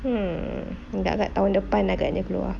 mm agak-agak tahun depan akan dia keluar